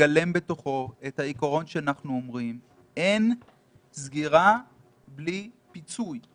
מגלם בתוכו בדיוק את העיקרון שאנחנו אומרים: אין סגירה בלי פיצוי,